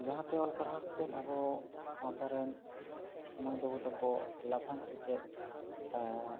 ᱡᱟᱦᱟᱸ ᱛᱮ ᱚᱞ ᱯᱟᱲᱦᱟᱣ ᱠᱟᱛᱮ ᱟᱵᱚ ᱥᱟᱶᱛᱟ ᱨᱮᱱ ᱢᱟᱹᱭ ᱵᱟᱹᱵᱩ ᱛᱟᱠᱚ ᱞᱟᱯᱷᱟᱝ ᱥᱮᱪᱮᱫ